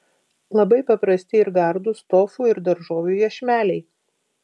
labai paprasti ir gardūs tofu ir daržovių iešmeliai